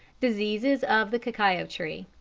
diseases of the cacao tree.